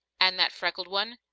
and that freckled one?